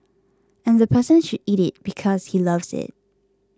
and the person should eat it because he loves it